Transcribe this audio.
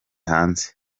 hanze